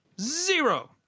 Zero